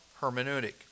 hermeneutic